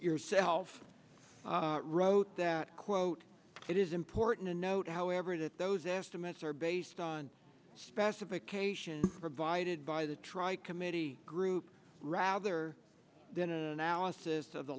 yourself wrote that quote it is important to note however that those estimates are based on specifications provided by the tri committee group rather than analysis of the